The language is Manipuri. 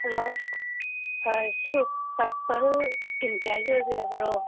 ꯍꯜꯂꯣ ꯑꯥ ꯁꯤꯕꯨ ꯄꯔꯄꯜ ꯏꯁꯀꯤꯟ ꯀꯤꯌꯥꯔꯒꯤ ꯑꯣꯏꯕꯤꯔꯕꯔꯣ